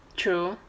true